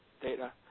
data